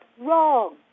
wrong